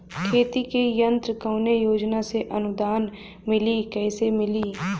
खेती के यंत्र कवने योजना से अनुदान मिली कैसे मिली?